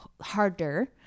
harder